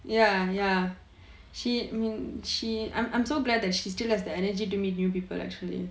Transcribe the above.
ya ya she I mean I'm I'm so glad that she still has the energy to meet new people actually